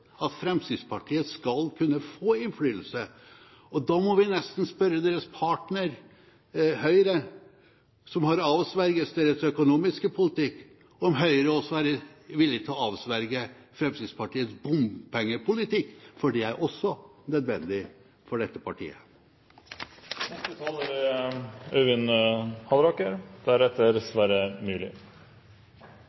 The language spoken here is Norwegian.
at Fremskrittspartiet skal kunne få innflytelse, og da må vi nesten spørre deres partner, Høyre, som har avsverget deres økonomiske politikk, om Høyre også er villig til å avsverge Fremskrittspartiets bompengepolitikk – for det er også nødvendig for dette partiet. Først til Gullvåg. Dette er